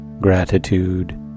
gratitude